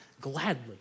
gladly